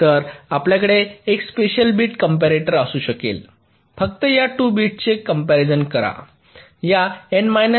तर आपल्याकडे एक स्पेशल बिट कंपेरटर असू शकेल फक्त या 2 बिट्सची कम्पेर करा